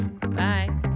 Bye